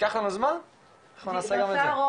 ייקח לנו זמן ואנחנו נעשה גם את זה.